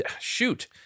shoot